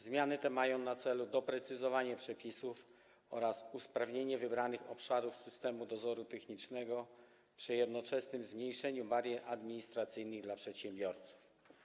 Zmiany te mają na celu doprecyzowanie przepisów oraz usprawnienie wybranych obszarów systemu dozoru technicznego przy jednoczesnym zmniejszeniu barier administracyjnych dla przedsiębiorców.